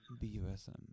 b-u-s-m